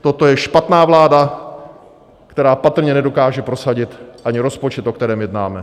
Toto je špatná vláda, která patrně nedokáže prosadit ani rozpočet, o kterém jednáme.